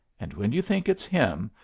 and when you think it's him,